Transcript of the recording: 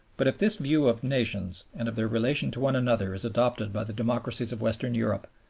but if this view of nations and of their relation to one another is adopted by the democracies of western europe,